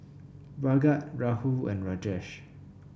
Bhagat Rahul and Rajesh